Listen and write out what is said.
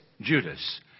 Judas